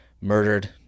murdered